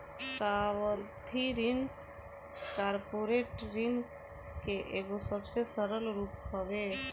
सावधि ऋण कॉर्पोरेट ऋण के एगो सबसे सरल रूप हवे